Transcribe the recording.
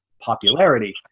popularity